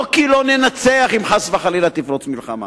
לא כי לא ננצח אם חס וחלילה תפרוץ מלחמה,